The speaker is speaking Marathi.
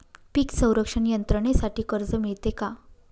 पीक संरक्षण यंत्रणेसाठी कर्ज मिळते का?